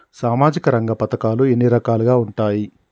సామాజిక రంగ పథకాలు ఎన్ని రకాలుగా ఉంటాయి?